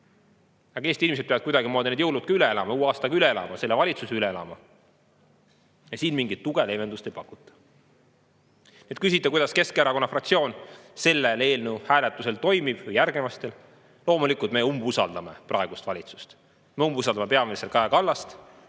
Aga Eesti inimesed peavad kuidagimoodi need jõulud ka üle elama, uue aasta üle elama, selle valitsuse üle elama. Ja siin mingit tuge või leevendust ei pakuta. Küsite, kuidas Keskerakonna fraktsioon selle eelnõu hääletusel toimib, või järgnevatel. Loomulikult meie umbusaldame praegust valitsust, me umbusaldame peaminister Kaja Kallast,